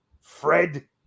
Fred